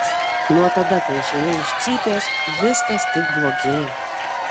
nuo tada kai išėjau iš cypės viskas tik blogėjo